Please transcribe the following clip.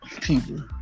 people